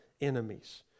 enemies